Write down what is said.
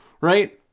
Right